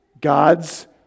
God's